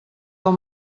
del